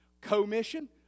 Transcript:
Commission